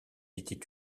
était